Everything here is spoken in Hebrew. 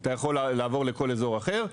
אתה יכול לעבור לכל אזור אחר.